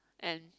and